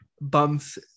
bumps